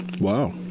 Wow